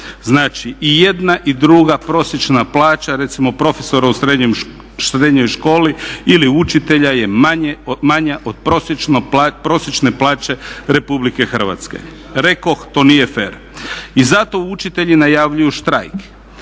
Znači i jedna i druga prosječna plaća recimo profesora u srednjoj školi ili učitelja je manja od prosječne plaće Republike Hrvatske. Rekoh to nije fer. I zato učitelji najavljuju štrajk.